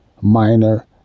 Minor